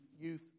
youth